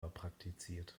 praktiziert